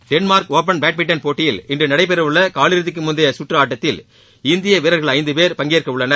Denmark open badminton போட்டியில் இன்று நடைபெறவுள்ள கூலிறதிக்கு முந்தைய கற்று ஆட்டத்தில் இந்திய வீரர்கள் ஐந்து பேர் பங்கேற்கவுள்ளனர்